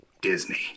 Disney